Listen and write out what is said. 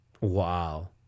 Wow